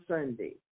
Sunday